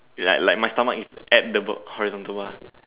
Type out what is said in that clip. like like my stomach is at the horizontal bar